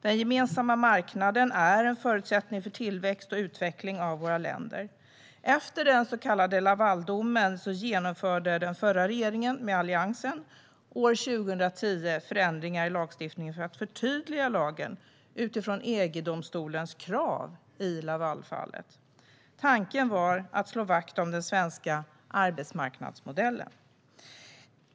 Den gemensamma marknaden är en förutsättning för tillväxt och utveckling av våra länder. Efter den så kallade Lavaldomen genomförde den förra regeringen, med Alliansen, år 2010 förändringar i lagstiftningen för att förtydliga lagen utifrån EG-domstolens krav i Lavalfallet. Tanken var att slå vakt om den svenska arbetsmarknadsmodellen.